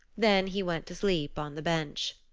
then he went to sleep on the bench.